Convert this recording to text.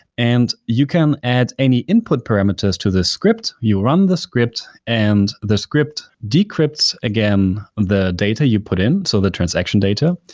and you can add any input parameters to this script. you run the script and the script decrypts, again, the data you put in, so the transaction data.